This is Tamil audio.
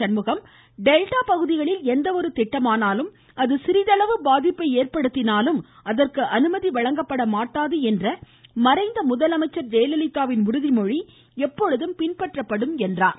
சண்முகம் டெல்டா பகுதிகளில் எந்தவொரு திட்டமானாலும் அது சிறிதளவு பாதிப்பை ஏற்படுத்தினாலும் அதற்கு அனுமதி கொடுக்கப்பட மாட்டாது என்ற மறைந்த முதலமைச்சர் ஜெயலலிதாவின் உறுதிமொழி எப்பொழுதும் பின்பற்றப்படும் என்று குறிப்பிட்டார்